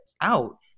out